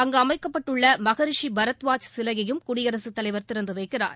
அங்கு அமைக்கப்பட்டுள்ள மகரஷி பர்த்வாஜ் சிலையையும் குடியரசுத் தலைவர் திறந்து வைக்கிறார்